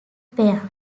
pair